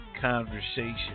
conversation